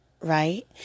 right